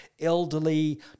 elderly